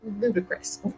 ludicrous